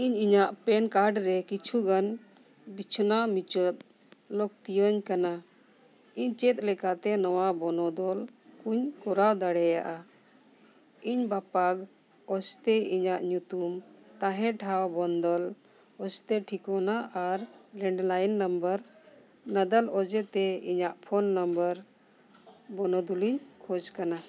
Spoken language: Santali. ᱤᱧ ᱤᱧᱟᱹᱜ ᱯᱮᱱ ᱠᱟᱨᱰ ᱨᱮ ᱠᱤᱪᱷᱩᱜᱟᱱ ᱵᱤᱪᱷᱱᱟᱹᱣ ᱢᱩᱪᱟᱹᱫ ᱞᱟᱹᱠᱛᱤᱭᱟᱹᱧ ᱠᱟᱱᱟ ᱤᱧ ᱪᱮᱫ ᱞᱮᱠᱟᱛᱮ ᱱᱚᱣᱟ ᱵᱚᱱᱚᱫᱚᱞ ᱦᱚᱧ ᱠᱚᱨᱟᱣ ᱫᱟᱲᱮᱭᱟᱜᱼᱟ ᱤᱧ ᱵᱟᱯᱟᱜᱽ ᱚᱡᱽ ᱛᱮ ᱤᱧᱟᱹᱜ ᱧᱩᱛᱩᱢ ᱛᱟᱦᱮᱸ ᱴᱷᱟᱶ ᱵᱚᱱᱫᱚᱞ ᱢᱚᱡᱽ ᱛᱮ ᱴᱷᱤᱠᱟᱹᱱᱟ ᱟᱨ ᱞᱮᱱᱰ ᱞᱟᱭᱤᱱ ᱱᱟᱢᱵᱟᱨ ᱱᱟᱫᱟᱨ ᱚᱡᱮ ᱛᱮ ᱤᱧᱟᱹᱜ ᱯᱷᱳᱱ ᱱᱚᱢᱵᱚᱨ ᱵᱚᱱᱚᱫᱚᱞᱤᱧ ᱠᱷᱚᱡᱽ ᱠᱟᱱᱟ